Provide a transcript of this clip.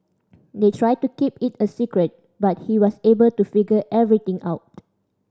they tried to keep it a secret but he was able to figure everything out